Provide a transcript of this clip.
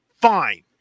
Fine